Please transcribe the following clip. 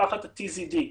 ממשפחת ה-TZD,